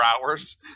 hours